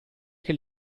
che